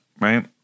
right